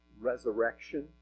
resurrection